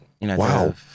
Wow